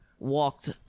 Walked